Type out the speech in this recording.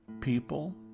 people